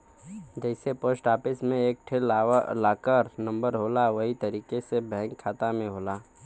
जइसे post office मे एक ठे लाकर नम्बर होला वही तरीके से बैंक के खाता होला